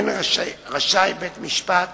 כן רשאי בית-המשפט